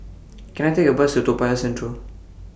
Can I Take A Bus to Toa Payoh Central